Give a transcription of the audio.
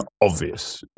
obvious